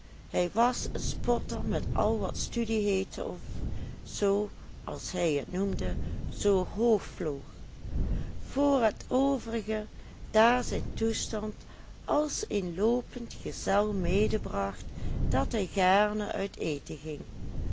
hij was een spotter met al wat studie heette of zoo als hij het noemde zoo hoog vloog voor het overige daar zijn toestand als eenloopend gezel medebracht dat hij gaarne uit eten ging